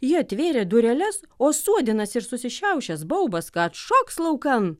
ji atvėrė dureles o suodinas ir susišiaušęs baubas kad šoks laukan